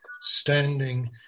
standing